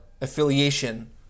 affiliation